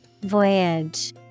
Voyage